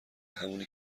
همونی